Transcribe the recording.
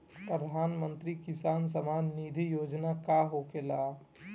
प्रधानमंत्री किसान सम्मान निधि योजना का होखेला?